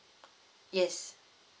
yes